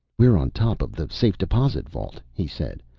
we're on top of the safe-deposit vault, he said.